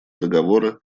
договора